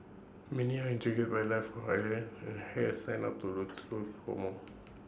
many are intrigued by life on the island and have signed up tours to for more